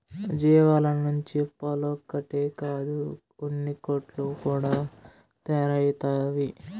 జీవాల నుంచి పాలొక్కటే కాదు ఉన్నికోట్లు కూడా తయారైతవి